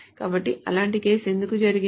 కాబట్టి అలాంటి కేసు ఎందుకు జరిగింది